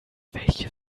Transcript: welche